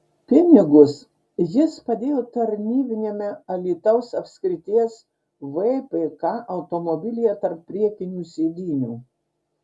pinigus jis padėjo tarnybiniame alytaus apskrities vpk automobilyje tarp priekinių sėdynių